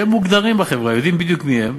שהם מוגדרים בחברה, יודעים בדיוק מי הם,